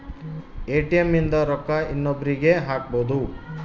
ATM ಇಂದ ರೊಕ್ಕ ಇನ್ನೊಬ್ರೀಗೆ ಹಕ್ಬೊದು